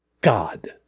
God